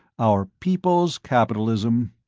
our people's capitalism.